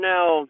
now